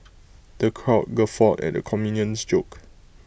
the crowd guffawed at the comedian's jokes